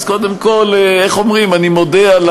אז קודם כול, איך אומרים, אני מודה על